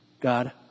God